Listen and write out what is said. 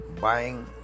buying